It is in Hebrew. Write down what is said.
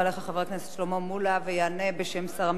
יענה בשם שר המשפטים השר מיכאל איתן,